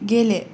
गेले